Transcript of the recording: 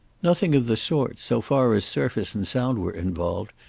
nothing of the sort, so far as surface and sound were involved,